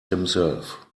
himself